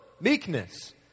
meekness